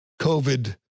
COVID